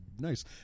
nice